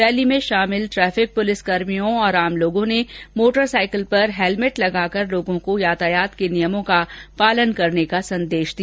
rally में शामिल traffic पुलिसकर्मियों सहित आम लोगों ने मोटरसाइकिल पर हेलमेट लगाकर लोगों को यातायात के नियमों का पालन करने का संदेश दिया